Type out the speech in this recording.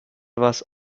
was